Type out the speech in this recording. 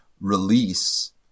release